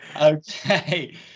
okay